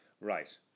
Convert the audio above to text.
Right